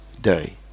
day